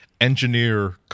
engineer